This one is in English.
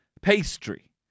Pastry